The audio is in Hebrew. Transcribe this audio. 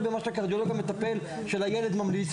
במה שהקרדיולוג המטפל של הילד ממליץ.